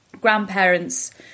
grandparents